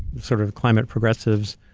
sort of, climate progressives,